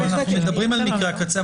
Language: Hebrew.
אנחנו מדברים על מקרי הקצה.